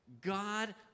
God